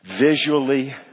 Visually